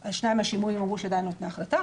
על שניים מהשימועים אמרו שדנו לפני החלטה,